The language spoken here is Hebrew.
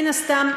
מן הסתם,